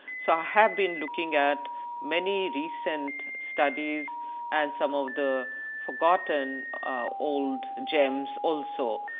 so i have been looking at many recent studies and some of the forgotten old gems also.